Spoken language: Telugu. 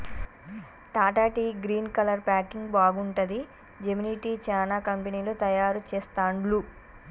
Tata tea green colour packing బాగుంటది, జెమినీ టీ, చానా కంపెనీలు తయారు చెస్తాండ్లు